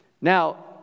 Now